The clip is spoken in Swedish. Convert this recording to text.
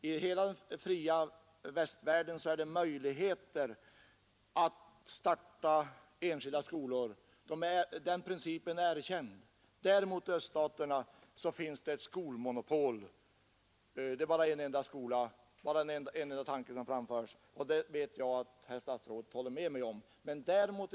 I hela den fria västvärlden finns möjlighet att starta enskilda skolor och där har man den principen erkänd. I öststaterna däremot finns ett skolmonopol med bara en enda skola där en enda tankegång får framföras. Jag vet, att herr statsrådet håller med mig om detta.